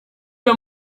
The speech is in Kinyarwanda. uyu